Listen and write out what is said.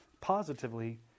positively